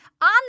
on